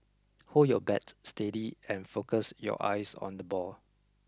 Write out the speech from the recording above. hold your bat steady and focus your eyes on the ball